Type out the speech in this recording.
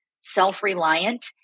self-reliant